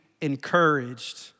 encouraged